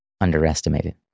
underestimated